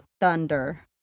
Thunder